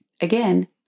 again